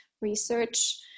research